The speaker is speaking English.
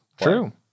true